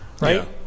right